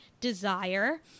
desire